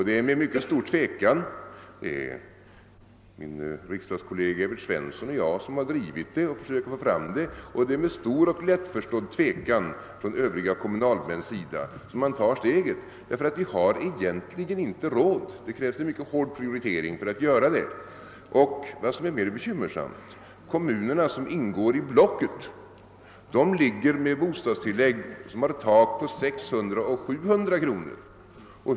Det är min kollega Evert Svensson och jag som drivit detta, och det är med stor och lättförstådd tvekan från övriga kommunalmäns sida som man tar det steget; vi har egentligen inte råd, och det krävs en mycket hård prioritering för att åstadkomma detta. Och — något som är mer bekymmersamt — kommunerna som ingår i blocket har bostadstillägg med tak på 600 och 700 kronor.